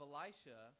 Elisha